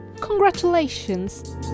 congratulations